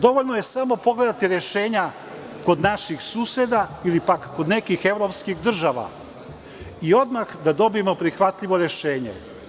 Dovoljno je samo pogledati rešenja kod naših suseda ili pak kod nekih evropskih država i odmah da dobijemo prihvatljivo rešenje.